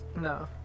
No